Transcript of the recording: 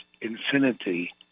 infinity